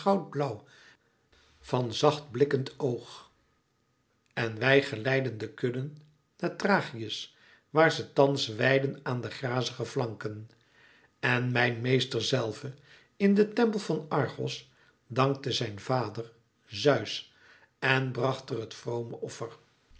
van zacht blikkend oog en wij geleidden de kudden naar thrachis waar ze thans weiden aan de grazige flanken en mijn meester zelve in den tempel van argos dankte zijn vader zeus en bracht er het vrome